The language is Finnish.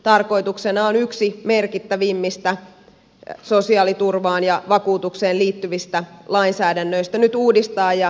tarkoituksena on yksi merkittävimmistä sosiaaliturvaan ja vakuutukseen liittyvistä lainsäädännöistä nyt uudistaa ja virtaviivaistaa